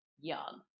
young